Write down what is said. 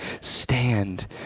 stand